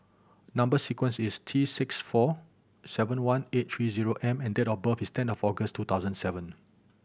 number sequence is T six four seven one eight three zero M and date of birth is ten of August two thousand seven